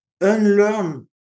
unlearn